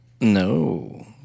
No